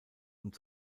und